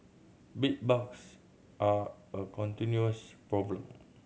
bedbugs are a continuous problem